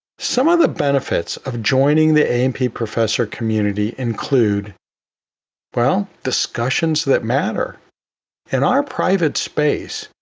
some of the benefits of joining the a and p professor community include well, discussions that matter and are private space.